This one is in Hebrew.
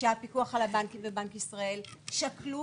שהפיקוח על הבנקים ובנק ישראל שקלו,